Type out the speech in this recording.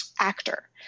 actor